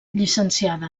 llicenciada